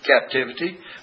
captivity